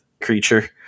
creature